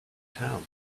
town